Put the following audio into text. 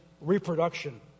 reproduction